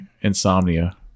Insomnia